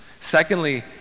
Secondly